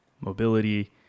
mobility